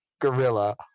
gorilla